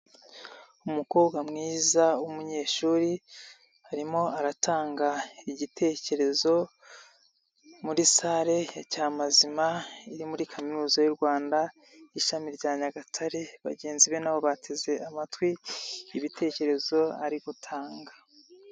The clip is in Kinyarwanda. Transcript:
Umukobwa mwiza w'umunyeshuri arimo aratanga igitekerezo muri salle ya cya mazima iri muri kaminuza y'u Rwanda ishami rya Nyagatare bagenzi be nabo bateze amatwi ibitekerezo ari gutanga.